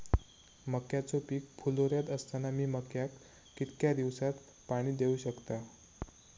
मक्याचो पीक फुलोऱ्यात असताना मी मक्याक कितक्या दिवसात पाणी देऊक शकताव?